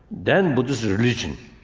then buddhist religion.